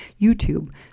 YouTube